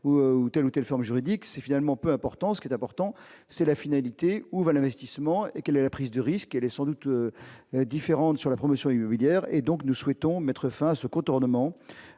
ou telle ou telle forme juridique, c'est finalement peu important, ce qui est important, c'est la finalité : où va la seulement et quelle est la prise de risque, elle est sans doute différente sur la promotion immobilière et donc nous souhaitons mettre fin à ce contournement